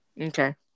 Okay